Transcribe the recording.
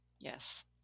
yes